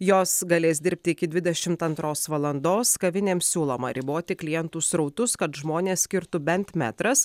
jos galės dirbti iki dvidešimt antros valandos kavinėms siūloma riboti klientų srautus kad žmones skirtų bent metras